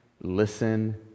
Listen